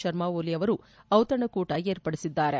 ಶರ್ಮಾ ಓಲಿ ಅವರು ಡಿತಣಕೂಟ ಏರ್ಪಡಿಸಿದ್ದಾರೆ